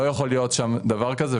לא יכול להיות שם דבר כזה.